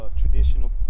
traditional